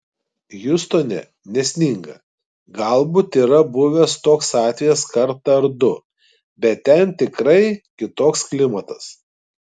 hjustone nesninga galbūt yra buvęs toks atvejis kartą ar du bet ten tikrai kitoks klimatas